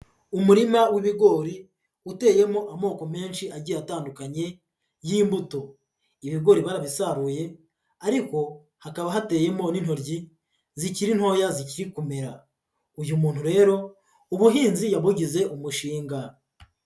Umurima w'ibigori uteyemo amoko menshi agiye atandukanye y'imbuto. Ibigori barabisaruye ariko hakaba hateyemo n'intoryi, zikiri ntoya zikiri kumera, uyu muntu rero ubuhinzi yabugize umushinga.